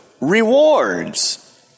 rewards